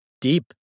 Deep